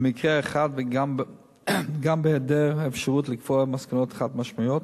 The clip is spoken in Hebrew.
ובמקרה אחד גם בהיעדר אפשרות לקבוע מסקנות חד-משמעיות,